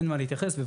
עם מי התייעץ,